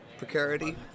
precarity